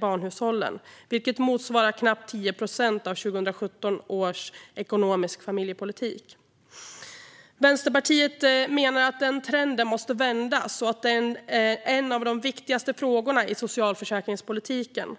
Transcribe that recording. barnhushållen, vilket motsvarar knappt 10 procent av 2017 års ekonomiska familjepolitik. Vänsterpartiet menar att den trenden måste vändas och att det är en av de viktigaste frågorna i socialförsäkringspolitiken.